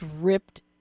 ripped